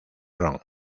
ron